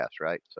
right